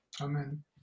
Amen